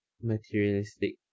materialistic